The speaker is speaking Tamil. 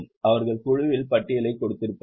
அவர்கள் குழுவின் பட்டியலைக் கொடுத்திருப்பார்கள்